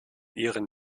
ihren